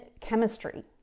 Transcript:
chemistry